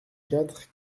quatre